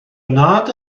nhad